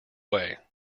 way